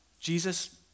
Jesus